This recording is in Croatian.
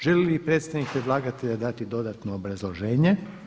Želi li predstavnik predlagatelja dati dodatno obrazloženje?